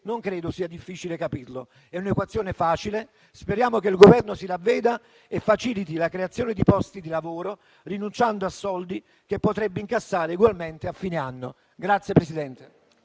Non credo sia difficile capirlo: è un'equazione facile. Speriamo che il Governo si ravveda e faciliti la creazione di posti di lavoro, rinunciando a soldi che potrebbe incassare ugualmente a fine anno.